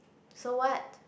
so what